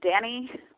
Danny